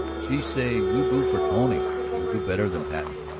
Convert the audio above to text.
she say you do for tony you do better than patten.